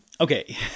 okay